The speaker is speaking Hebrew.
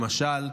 למשל,